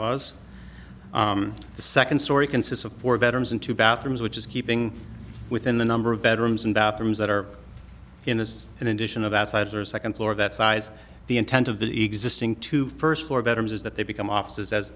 the second story consists of four bedrooms and two bathrooms which is keeping within the number of bedrooms and bathrooms that are in this in addition of that size or second floor of that size the intent of the existing two first four bedrooms is that they become offices as